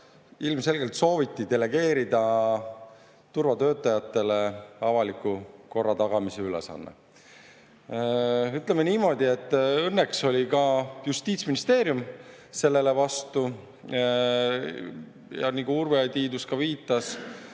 ilmselgelt sooviti delegeerida turvatöötajatele avaliku korra tagamise ülesanne. Ütleme niimoodi, et õnneks oli ka Justiitsministeerium sellele vastu. Nagu Urve Tiidus viitas,